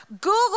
Google